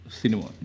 cinema